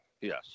Yes